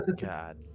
God